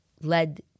led